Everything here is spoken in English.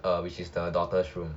uh which is the daughter's room